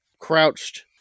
crouched